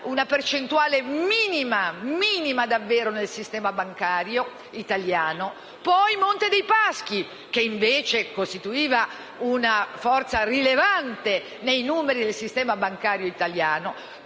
una percentuale davvero minima nel sistema bancario italiano) e di Monte dei Paschi di Siena, che invece costituiva una forza rilevante nei numeri del sistema bancario italiano,